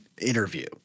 interview